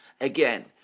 Again